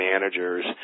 managers